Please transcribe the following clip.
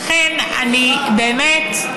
לכן, באמת,